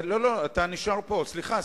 סליחה,